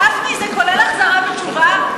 גפני, זה כולל החזרה בתשובה?